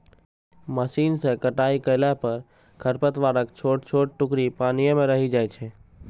machine सं कटाइ कयला पर खरपतवारक छोट छोट टुकड़ी पानिये मे रहि जाइ छै